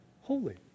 holy